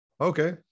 Okay